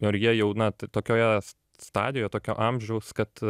ir jie jau na t tokioje stadijoje tokio amžiaus kad